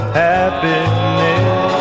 happiness